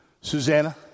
Susanna